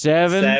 Seven